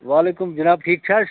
وعلیکم جناب ٹھیٖک چِھ حظ